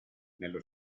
nello